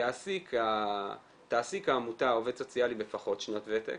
תעסיק העמותה עובד סוציאלי בפחות שנות וותק